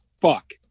fuck